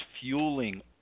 fueling